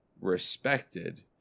respected